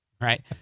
Right